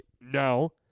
No